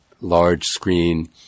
large-screen